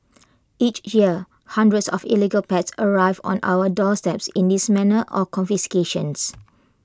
each year hundreds of illegal pets arrive on our doorstep in this manner or confiscations